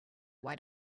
why